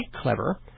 clever